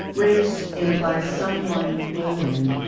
race implies someone will win,